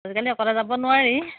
আজিকালি অকলে যাব নোৱাৰি